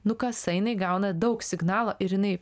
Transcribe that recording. nu kasa jinai gauna daug signalų ir jinai